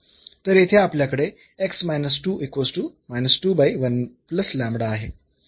तर येथे आपल्याकडे आहे